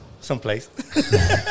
Someplace